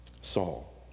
Saul